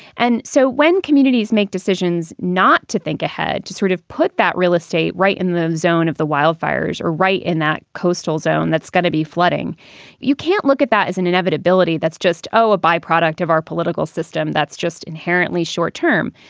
and so when communities make decisions not to think ahead, to sort of put that real estate right in the zone of the wildfires or right in that coastal zone, that's going to be flooding you can't look at that as an inevitability. that's just, oh, a byproduct of our political system. that's just inherently short term.